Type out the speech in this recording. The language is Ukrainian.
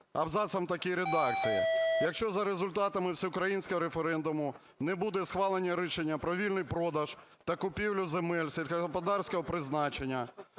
абзацом в такій редакції: "Якщо за результатами всеукраїнського референдуму не буде схвалено рішення про вільний продаж та купівлю земель сільськогосподарського призначення,